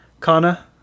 Kana